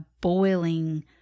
boiling